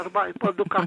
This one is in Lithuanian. arba į puoduką